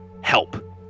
help